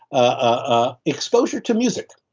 ah exposure to music